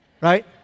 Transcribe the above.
right